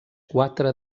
quatre